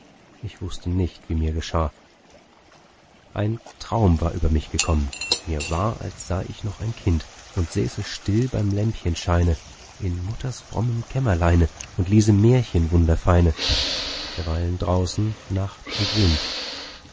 ich wußte nicht wie mir geschah ein traum war über mich gekommen mir war als sei ich noch ein kind und säße still beim lampenscheine in mutters frommem kämmerleine und läse märchen wunderfeine derweilen draußen nacht und wind